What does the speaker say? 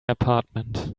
apartment